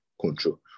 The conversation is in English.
control